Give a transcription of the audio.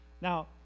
Now